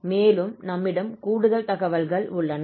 மேலும் நம்மிடம் கூடுதல் தகவல்கள் உள்ளன